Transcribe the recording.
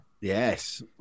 Yes